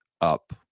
up